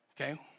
Okay